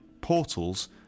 portals